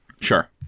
Sure